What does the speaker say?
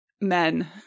men